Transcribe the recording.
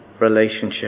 relationship